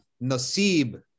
nasib